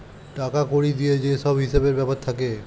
টাকা কড়ি দিয়ে যে সব হিসেবের ব্যাপার থাকে